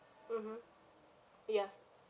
mmhmm ya